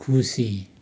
खुसी